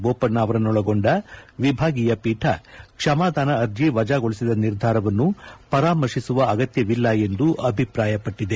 ಬೋಪಣ್ಣ ಅವರನ್ನೊಳಗೊಂಡ ವಿಭಾಗೀಯ ಪೀಠ ಕ್ಷಮಾದಾನ ಅರ್ಜ ವಜಾಗೊಳಿಸಿದ ನಿರ್ಧಾರವನ್ನು ಪರಾಮರ್ಶಿಸುವ ಅಗತ್ನವಿಲ್ಲ ಎಂದು ಅಭಿಪ್ರಾಯಪಟ್ಟದೆ